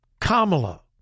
Kamala